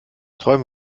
träum